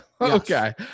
Okay